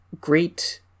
great